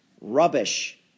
rubbish